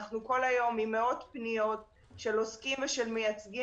אנחנו עם מאות פניות של עוסקים ושל מייצגים